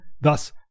thus